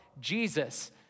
Jesus